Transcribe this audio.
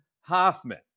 Hoffman